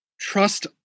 trust